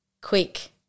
quick